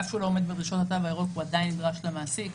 הוא עדיין נדרש למעסיק.